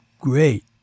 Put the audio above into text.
great